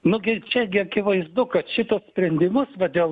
nu gi čia gi akivaizdu kad šituos sprendimus va dėl